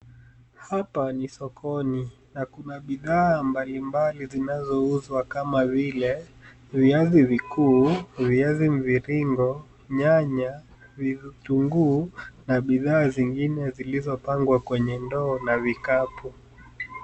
Hapa ni sokoni, na kuna bidhaa mbalimbali zinazouzwa kama vile viazi vikuu, viazi mviringo, nyanya, vitunguu, na bidhaa zingine zilizopangwa kwenye ndoo na vikapu.